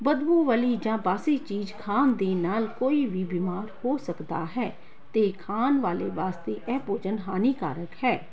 ਬਦਬੂ ਵਾਲੀ ਜਾਂ ਬਾਸੀ ਚੀਜ਼ ਖਾਣ ਦੇ ਨਾਲ ਕੋਈ ਵੀ ਬਿਮਾਰ ਹੋ ਸਕਦਾ ਹੈ ਅਤੇ ਖਾਣ ਵਾਲੇ ਵਾਸਤੇ ਇਹ ਭੋਜਨ ਹਾਨੀਕਾਰਕ ਹੈ